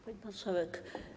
Pani Marszałek!